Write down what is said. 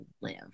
live